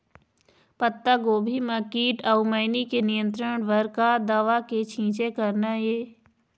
पत्तागोभी म कीट अऊ मैनी के नियंत्रण बर का दवा के छींचे करना ये?